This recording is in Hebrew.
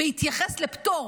בהתייחס לפטור